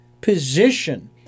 position